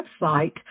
website